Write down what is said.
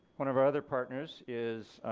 one of our other partners is